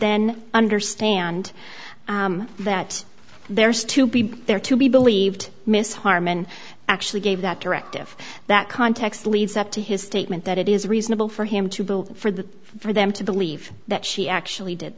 then understand that there is to be there to be believed miss harmon actually gave that directive that context leads up to his statement that it is reasonable for him to bill for that for them to believe that she actually did